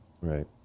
Right